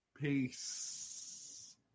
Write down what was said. Peace